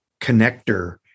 connector